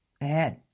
ahead